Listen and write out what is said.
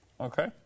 Okay